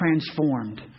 transformed